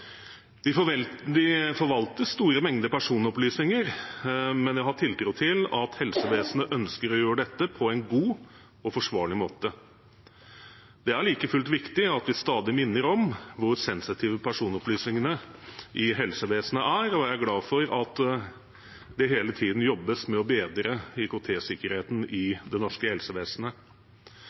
De forvalter store mengder personopplysninger, men jeg har tiltro til at helsevesenet ønsker å gjøre dette på en god og forsvarlig måte. Det er like fullt viktig at vi stadig minner om hvor sensitive personopplysningene i helsevesenet er, og jeg er glad for at det hele tiden jobbes med å bedre IKT-sikkerheten i det norske helsevesenet.